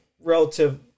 relative